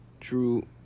True